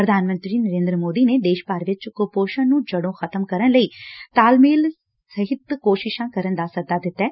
ਪੁਧਾਨ ਮੰਤਰੀ ਨਰੇ'ਦਰ ਮੋਦੀ ਨੇ ਦੇਸਲ ਭਰ ਵਿਚ ਕੁਪੋਸ਼ਣ ਨੰ ਜਤੋ' ਖ਼ਤਮ ਕਰਨ ਲਈ ਤਾਲਮੇਲ ਸਹਿਤ ਕੋਸ਼ਿਸ਼ਾਂ ਕਰਨ ਦਾ ਸੱਦਾ ਦਿੱਤੈ